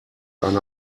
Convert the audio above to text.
eine